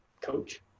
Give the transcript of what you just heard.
coach